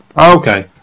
Okay